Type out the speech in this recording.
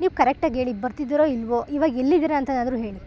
ನೀವು ಕರೆಕ್ಟಾಗಿ ಹೇಳಿ ಬರ್ತಿದ್ದೀರೋ ಇಲ್ಲವೋ ಇವಾಗ ಎಲ್ಲಿದ್ದೀರಾ ಅಂತನಾದ್ರೂ ಹೇಳಿ